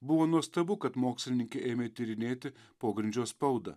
buvo nuostabu kad mokslininkai ėmė tyrinėti pogrindžio spaudą